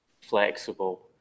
flexible